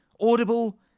Audible